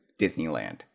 Disneyland